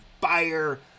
fire